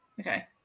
Okay